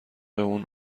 اون